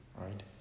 Right